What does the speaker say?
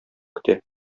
көтә